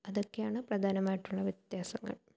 ഇതൊക്കെയാണ് പ്രധാനമായിട്ടുള്ള വ്യത്യാസങ്ങൾ